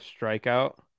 strikeout